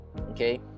Okay